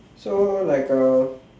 so like uh